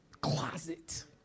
closet